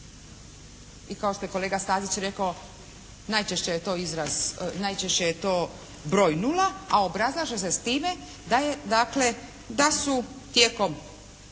i kao što je kolega Stazić rekao najčešće je to broj nula a obrazlaže se s time da je